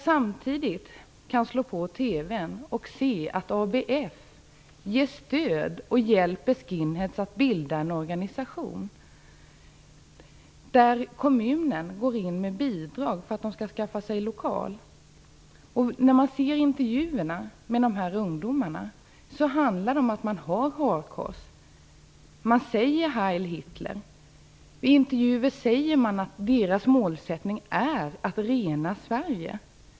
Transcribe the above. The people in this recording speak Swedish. Samtidigt kan jag slå på TV:n och se att ABF ger stöd och hjälp till skinheads att bilda en organisation, och kommunen går in med bidrag för att de skall kunna skaffa sig en lokal. När man ser intervjuer med dessa ungdomar har de hakkors, och de säger heil Hitler. I intervjuer säger de att deras målsättning är att rena Sverige.